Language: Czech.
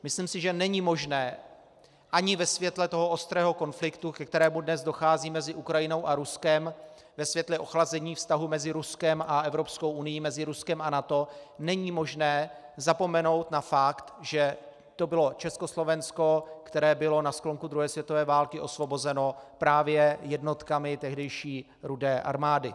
Myslím si, že není možné ani ve světle toho ostrého konfliktu, ke kterému dnes dochází mezi Ukrajinou a Ruskem, ve světle ochlazení vztahu mezi Ruskem a Evropskou unií, mezi Ruskem a NATO, není možné zapomenout na fakt, že to bylo Československo, které bylo na sklonku druhé světové války osvobozeno právě jednotkami tehdejší Rudé armády.